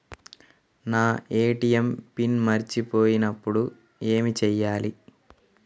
నా ATM PIN మర్చిపోయినప్పుడు ఏమి చేయాలి?